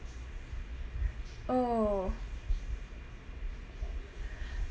oh